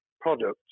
products